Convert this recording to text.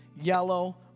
yellow